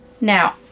now